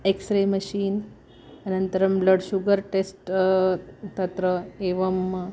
X ray machine अनन्तरं blood sugar test तत्र एवं